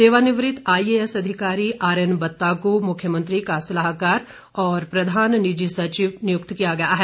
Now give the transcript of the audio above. सेवानिवृत I A S अधिकारी R N Batta को मुख्यमंत्री का सलाहकार और प्रधान निजी सचिव नियुक्त किया गया है